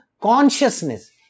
consciousness